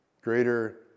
greater